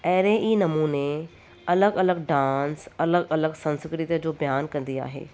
अहिड़े ई नमूने अलॻि अलॻि डांस अलॻि अलॻि संस्कृतीअ जो बयानु कंदी आहे